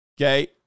Okay